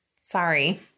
Sorry